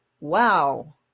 wow